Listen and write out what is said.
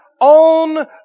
on